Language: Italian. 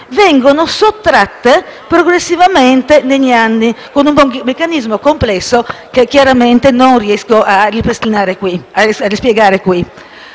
vengono sottratte progressivamente negli anni, con un meccanismo complesso che chiaramente non riesco a spiegare qui.